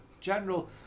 general